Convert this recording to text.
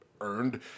earned